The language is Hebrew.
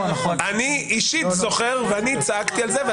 אישית זוכר, אני צעקתי על זה.